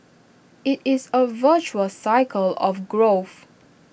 IT is A virtuous cycle of growth